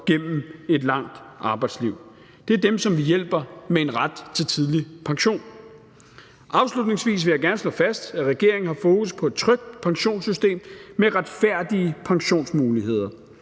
igennem et langt arbejdsliv. Det er dem, som vi hjælper med en ret til tidlig pension. Afslutningsvis vil jeg gerne slå fast, at regeringen har fokus på et trygt pensionssystem med retfærdige pensionsmuligheder.